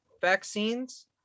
vaccines